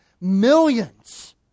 millions